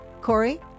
Corey